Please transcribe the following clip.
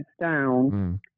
down